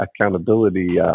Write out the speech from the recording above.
accountability